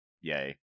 Yay